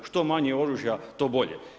Što manje oružja, to bolje.